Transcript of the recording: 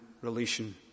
relation